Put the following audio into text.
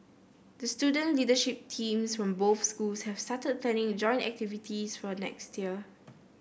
the student leadership teams from both schools have started planning joint activities for next year